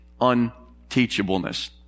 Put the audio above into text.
unteachableness